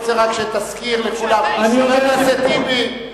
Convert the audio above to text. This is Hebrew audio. חבר הכנסת טיבי,